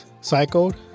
cycled